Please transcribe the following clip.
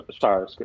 sorry